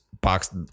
box